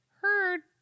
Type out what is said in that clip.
heard